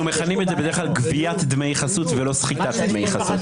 אנחנו מכנים את זה בדרך כלל גביית דמי חסות ולא סחיטת דמי חסות.